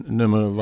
nummer